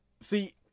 see